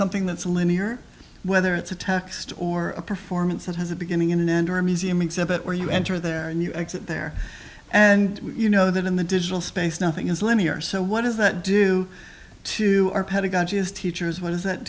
something that's linear whether it's a text or a performance that has a beginning and an end or a museum exhibit where you enter there and you exit there and you know that in the digital space nothing is linear so what does that do to our pedagogic as teachers what does that